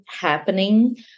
happening